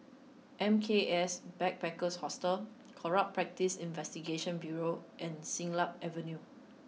M K S Backpackers Hostel Corrupt Practices Investigation Bureau and Siglap Avenue